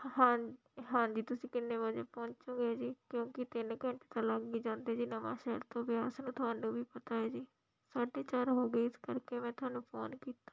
ਹਾਂਂ ਹਾਂਜੀ ਤੁਸੀਂ ਕਿੰਨੇ ਵਜੇ ਪਹੁੰਚੋਗੇ ਜੀ ਕਿਉਂਕਿ ਤਿੰਨ ਘੰਟੇ ਲੱਗ ਵੀ ਜਾਂਦੇ ਜੀ ਨਵਾਂਸ਼ਹਿਰ ਤੋਂ ਬਿਆਸ ਨੂੰ ਤੁਹਾਨੂੰ ਵੀ ਪਤਾ ਏ ਜੀ ਸਾਢੇ ਚਾਰ ਹੋ ਗਏ ਇਸ ਕਰਕੇ ਮੈਂ ਤੁਹਾਨੂੰ ਫੋਨ ਕੀਤਾ